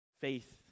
Faith